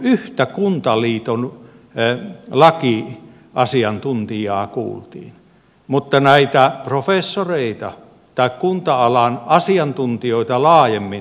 yhtä kuntaliiton lakiasiantuntijaa kuultiin mutta näitä professoreita tai kunta alan asiantuntijoita laajemmin ei ketään